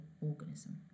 organism